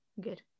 good